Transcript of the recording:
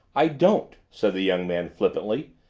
i don't, said the young man flippantly.